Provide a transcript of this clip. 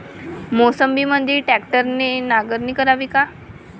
मोसंबीमंदी ट्रॅक्टरने नांगरणी करावी का?